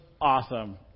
awesome